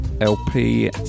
LP